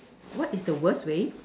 what is the worst way